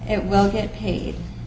it will get paid